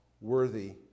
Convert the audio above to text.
worthy